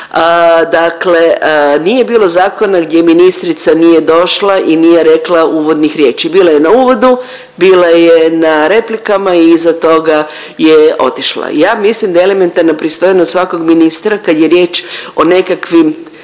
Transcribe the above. dakle nije bilo zakona gdje ministrica nije došla i nije rekla uvodnih riječi. Bila je na uvodu, bila je na replikama i iza toga je otišla. Ja mislim da je elementarna pristojnost svakog ministra kada je riječ o nekakvim